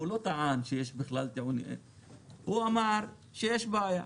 הוא אמר שיש בעיה,